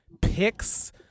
picks